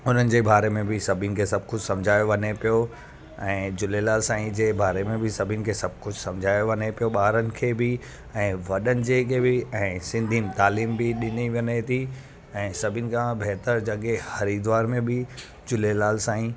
हुनजे बारे में बि सभिनी खे सभु कुझु समुझायो वञे पियो ऐं झूलेलाल साईंअ जे बारे में बि सभिनी खे सभु कुझु समुझायो वञे पियो ॿारनि खे बि ऐं वॾनि जंहिं खे बि ऐं सिंधियुनि तालीम बि ॾिनी वञे थी ऐं सभिनी खां बहितर जॻह हरिद्वार में बि झूलेलाल साईं